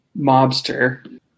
mobster